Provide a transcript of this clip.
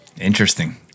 Interesting